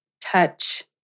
touch